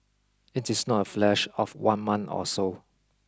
it is not a flash of one month or so